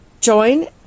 Join